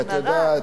את יודעת,